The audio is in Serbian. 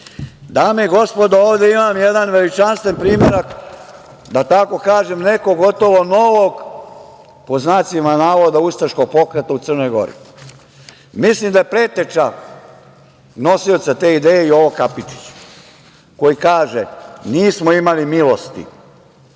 i gospodo, ovde imam jedan veličanstven primerak, da tako kažem, nekog gotovo novog „Ustaškog pokreta u Crnoj Gori“. Mislim da preteča nosioca te ideje je Jovo Kapičić, koji kaže – nismo imali milosti,